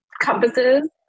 compasses